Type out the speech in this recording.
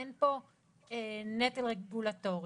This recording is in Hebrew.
אין פה נטל רגולטורי,